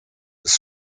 des